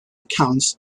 accounts